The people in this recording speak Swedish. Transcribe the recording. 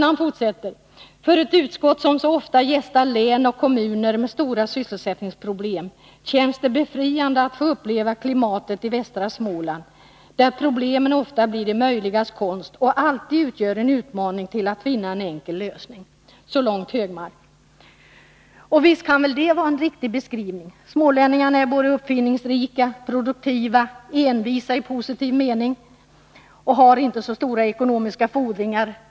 Han fortsatta: ”För ett utskott som ofta 93 gästar län och kommuner med stora sysselsättningsproblem känns det befriande att få uppleva klimatet i västra Småland, där problemen ofta blir det möjligas konst och alltid utgör en utmaning till att finna en enkel lösning.” Och visst kan detta vara en riktig beskrivning. Smålänningarna är både uppfinningsrika, produktiva, envisa i positiv mening och har inte så stora ekonomiska fordringar.